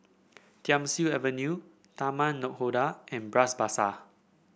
Thiam Siew Avenue Taman Nakhoda and Bras Basah